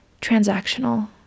transactional